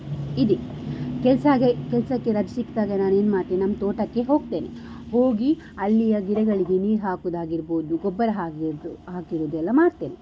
ಇದೆ ಕೆಲ್ಸಾಗೆ ಕೆಲಸಕ್ಕೆ ರಜೆ ಸಿಕ್ಕಿದಾಗ ನಾನು ಏನು ಮಾಡ್ತೀನಿ ನಮ್ಮ ತೋಟಕ್ಕೆ ಹೋಗ್ತೇನೆ ಹೋಗಿ ಅಲ್ಲಿಯ ಗಿಡಗಳಿಗೆ ನೀರು ಹಾಕೋದಾಗಿರಬಹದು ಗೊಬ್ಬರ ಹಾಕಿರ್ದು ಹಾಕಿರೋದು ಎಲ್ಲ ಮಾಡ್ತೇನೆ